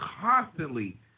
constantly